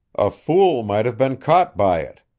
a fool might have been caught by it,